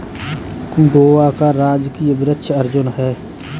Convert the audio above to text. गोवा का राजकीय वृक्ष अर्जुन है